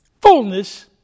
fullness